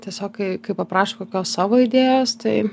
tiesiog kai kai paprašo kokios savo idėjas tai